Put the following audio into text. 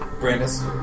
Brandis